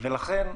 לכן,